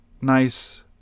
nice